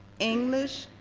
english,